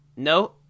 No